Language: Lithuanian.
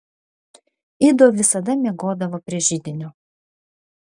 ido visada miegodavo prie židinio